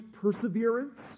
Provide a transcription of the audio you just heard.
perseverance